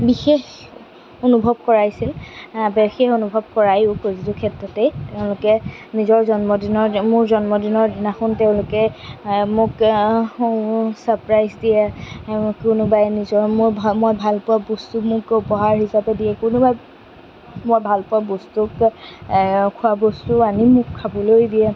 বিশেষ অনুভৱ কৰাইছিল আ বিশেষ অনুভৱ কৰাওয়ো প্ৰতিটো ক্ষেত্ৰতেই তেওঁলোকে নিজৰ জন্মদিনৰ মোৰ জন্মদিনৰ দিনাখন তেওঁলোকে মোক ছাৰপ্ৰাইজ দিয়ে কোনোবাই নিজৰ মই ভালপোৱা বস্তু মোক উপহাৰ হিচাপে দিয়ে কোনোবাই মই ভালপোৱা বস্তু খোৱা বস্তু আনি মোক খাবলৈ দিয়ে